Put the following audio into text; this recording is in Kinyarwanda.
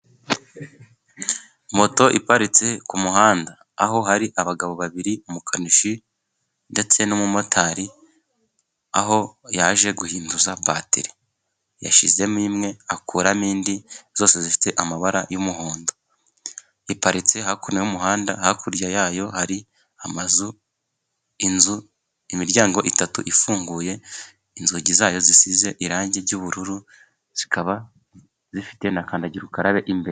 Moto iparitse kumuhanda aho hari abagabo babiri umukanishi ndetse n'umumotari aho yaje guhinduza bateri yashyizemo imwe akuramo indi zose zifite amabara y'umuhondo. Iparitse hakurya y'umuhanda hakurya yayo hari amazu inzu imiryango itatu ifunguye, inzugi zayo zisize irangi ry'ubururu zikaba zifite nakandagira ukarabe imbere.